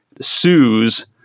sues